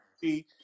See